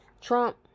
Trump